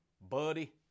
buddy